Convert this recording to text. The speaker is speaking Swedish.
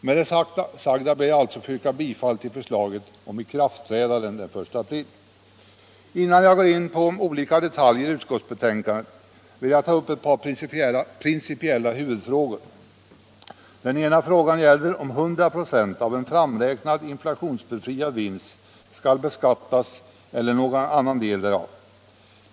Med det sagda ber att jag alltså att få yrka bifall till förslaget om ikraftträdande den 1 april. Innan jag går in på olika detaljer i utskottsbetänkandet vill jag ta upp ett par principiella huvudfrågor. Den ena gäller om 100 96 av en framräknad inflationsbefriad vinst skall beskattas eller någon annan del därav.